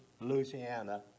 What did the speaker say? Louisiana